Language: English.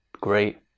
great